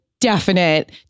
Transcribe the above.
definite